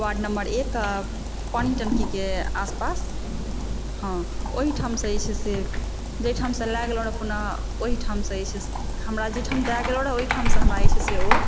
ward number एक पानी टँकीके आसपास हँ ओहिठामसँ जे छै से जाहिठामसँ लए गेल रहय कोनो ओहिठामसँ जे छे से हमरा जाहिठाम दए गेल रहऽ ओहिठामसँ हमरा जे छै से ओ